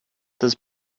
this